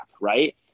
Right